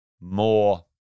more